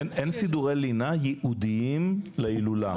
אין סידורי לינה ייעודיים להילולה.